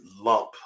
lump